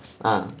ah